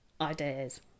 ideas